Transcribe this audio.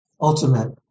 ultimate